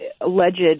alleged